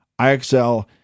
IXL